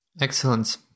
Excellent